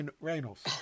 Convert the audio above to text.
Reynolds